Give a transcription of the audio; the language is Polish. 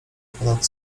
ponad